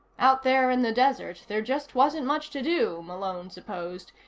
out there in the desert, there just wasn't much to do, malone supposed,